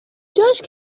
جاش